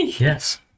Yes